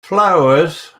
flowers